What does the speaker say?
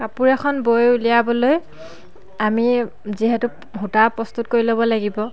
কাপোৰ এখন বৈ উলিয়াবলৈ আমি যিহেতু সূতা প্ৰস্তুত কৰি ল'ব লাগিব